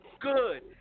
good